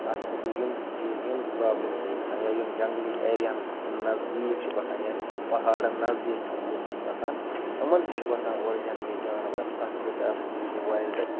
اَتھٕ گوٚو یِم چی یِم پرٛابلِمٕزٕ تہِ چھِ گژھان یا یِم جںٛگلی ایریاہَن نزدیٖک چھِ بَسان یعنی کہِ پہاڑَن نزدیٖک یِم لٕکھ چھِ بَسان یِمَن تہِ چھُ وَسان اورٕ جنٛگلی جانوَر اَتھ گٔژھۍ آسٕنۍ یُس یہِ وایلڈٕ